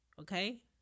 Okay